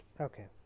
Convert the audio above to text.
Okay